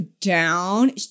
down